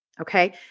okay